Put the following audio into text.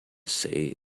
say